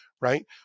right